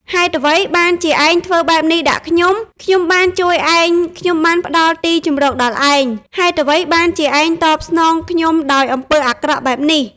ហេតុអ្វីបានជាឯងធ្វើបែបនេះដាក់ខ្ញុំ? ខ្ញុំបានជួយឯង ខ្ញុំបានផ្តល់ទីជម្រកដល់ឯង ហេតុអ្វីបានជាឯងតបស្នងខ្ញុំដោយអំពើអាក្រក់បែបនេះ?